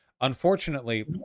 Unfortunately